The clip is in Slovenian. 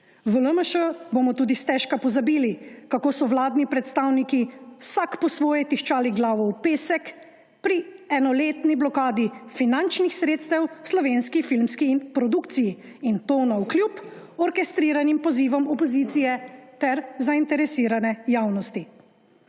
V LMŠ bomo tudi stežka pozabili, kako so vladni predstavniki vsak po svoje tiščali glavo v pesek pri enoletni blokadi finančnih sredstev slovenski filmski produkciji in to navkljub orkestriranim pozivom opozicije ter zainteresirane javnosti.